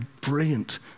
brilliant